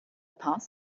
paz